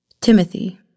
Timothy